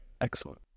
Excellent